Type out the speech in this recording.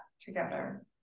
together